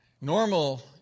Normal